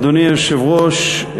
אדוני היושב-ראש,